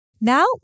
Now